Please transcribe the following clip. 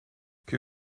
que